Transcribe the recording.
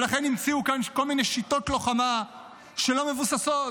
-- ולכן המציאו כאן כל מיני שיטות לוחמה שלא מבוססות